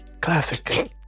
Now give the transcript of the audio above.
classic